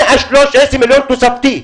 התשובה שנתתם היא: 113 מיליון תוספתי.